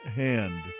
hand